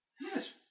Yes